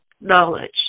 knowledge